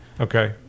Okay